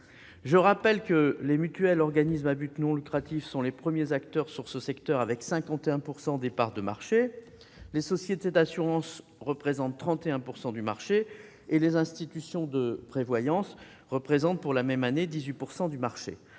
Je rappelle que les mutuelles et organismes à but non lucratif sont les premiers acteurs du secteur, avec 51 % de parts de marché. Les sociétés d'assurance représentent 31 % du marché et les institutions de prévoyance, 18 %. L'assurance